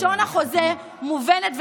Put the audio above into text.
לשון החוזה מובנת וחד-משמעית,